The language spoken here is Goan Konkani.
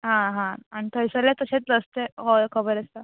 आं हां आनी थंयसरलें तशेच रस्ते हय खबर आसा